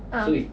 uh